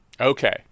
okay